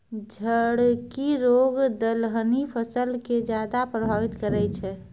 झड़की रोग दलहनी फसल के ज्यादा प्रभावित करै छै